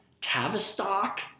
Tavistock